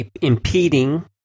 impeding